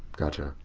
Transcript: got you.